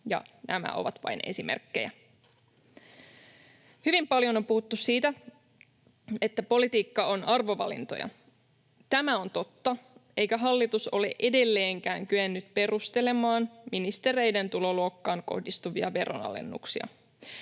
nämä ovat vain esimerkkejä. Hyvin paljon on puhuttu siitä, että politiikka on arvovalintoja. Tämä on totta, eikä hallitus ole edelleenkään kyennyt perustelemaan ministereiden tuloluokkaan kohdistuvia veronalennuksia.